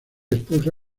expuso